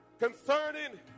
Concerning